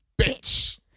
bitch